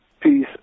Peace